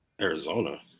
Arizona